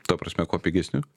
ta prasme kuo pigesnius